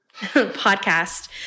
podcast